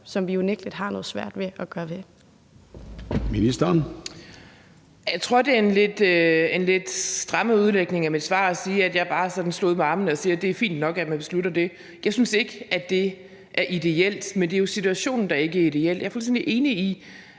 som vi jo unægtelig har noget svært ved at gøre